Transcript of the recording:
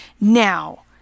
Now